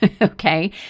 okay